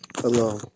Hello